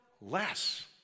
less